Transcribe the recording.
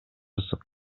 ысык